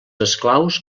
esclaus